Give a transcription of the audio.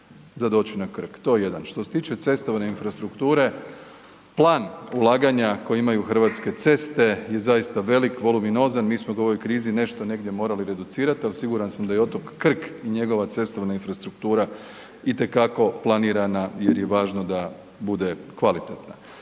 za doći na Krk, to je jedan. Što se tiče cestovne infrastrukture, plan ulaganja koji imaju Hrvatske ceste je zaista velik, voluminozan, mi smo ga u ovoj krizi nešto negdje morali reducirat, al siguran sam da je i otok Krk i njegova cestovna infrastruktura itekako planirana jer je važno da bude kvalitetna.